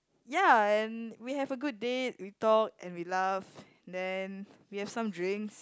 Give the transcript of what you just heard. ya and we have a good date we talk and we laugh then we have some drinks